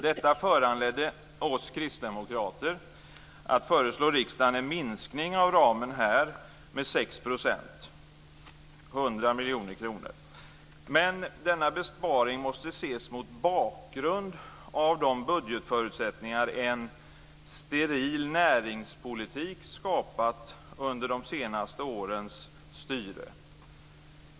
Detta föranledde oss kristdemokrater att föreslå riksdagen en minskning av ramen här med 6 %, med 100 miljoner kronor. Men denna besparing måste ses mot bakgrund av de budgetförutsättningar som en steril näringspolitik skapat under de senaste årens styre.